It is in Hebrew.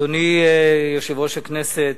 אדוני יושב-ראש הכנסת,